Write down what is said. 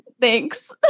Thanks